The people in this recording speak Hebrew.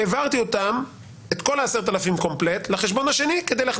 העברתי את כל ה-10,000 שקל לחשבון השני כדי להכניס